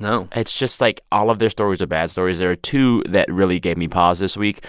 no it's just like all of their stories are bad stories. there are two that really gave me pause this week.